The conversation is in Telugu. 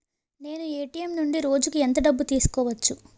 నేను ఎ.టి.ఎం నుండి రోజుకు ఎంత డబ్బు తీసుకోవచ్చు?